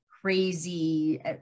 crazy